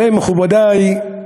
הרי, מכובדי,